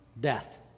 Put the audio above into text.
death